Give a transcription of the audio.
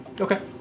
Okay